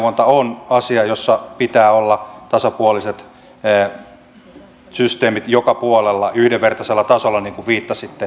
velkaneuvonta on asia jossa pitää olla tasapuoliset systeemit joka puolella yhdenvertaisella tasolla niin kuin viittasitte